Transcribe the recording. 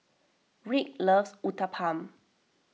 Rick loves Uthapam